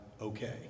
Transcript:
okay